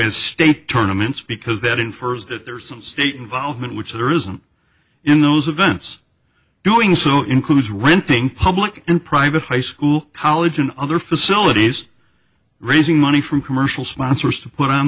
as state tournaments because that infers that there is some state involvement which there isn't in those events doing so includes renting public and private high school college and other facilities raising money from commercial sponsors to put on